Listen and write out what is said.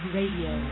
Radio